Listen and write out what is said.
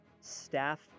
Staff